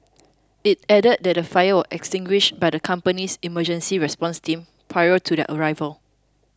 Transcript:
it added that the fire was extinguished by the company's emergency response team prior to their arrival